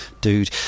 dude